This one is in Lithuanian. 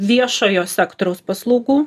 viešojo sektoriaus paslaugų